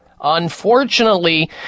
Unfortunately